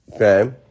Okay